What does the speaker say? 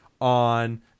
on